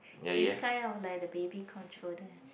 if kind of like the baby controller